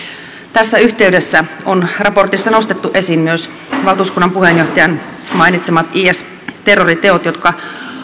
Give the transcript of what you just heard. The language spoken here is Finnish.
tässä yhteydessä on raportissa nostettu esiin myös valtuuskunnan puheenjohtajan mainitsevat is terroriteot jotka